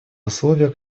условиях